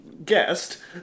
Guest